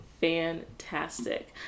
fantastic